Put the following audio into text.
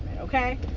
Okay